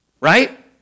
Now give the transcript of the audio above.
right